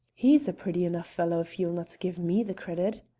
he's a pretty enough fellow, if you'll not give me the credit.